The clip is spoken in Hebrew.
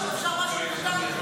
אפשר משהו קטן?